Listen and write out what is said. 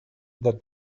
the